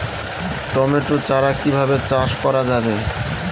Tomato চারা কিভাবে চাষ করা যাবে?